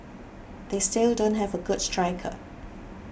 they still don't have a good striker